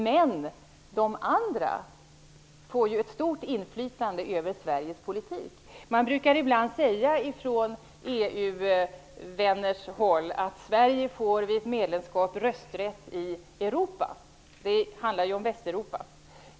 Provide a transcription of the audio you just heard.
Men de andra länderna får ett stort inflytande över EU-vänner brukar säga att Sverige vid ett medlemskap får rösträtt i Europa. Det handlar egentligen om Västeuropa.